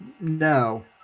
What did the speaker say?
no